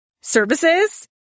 services